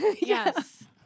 Yes